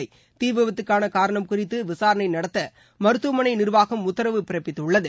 யாருக்கும் விபத்துக்காள காரணம் குறித்து விசாரணை நடத்த மருத்துவமனை நிர்வாகம் உத்தரவு பிறப்பித்துள்ளது